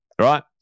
right